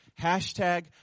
Hashtag